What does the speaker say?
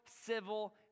civil